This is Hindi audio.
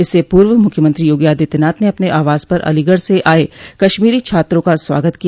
इससे पूर्व मुख्यमंत्री योगी आदित्यनाथ ने अपने आवास पर अलीगढ़ से आये कश्मीरी छात्रों का स्वागत किया